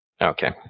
Okay